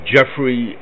Jeffrey